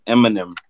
Eminem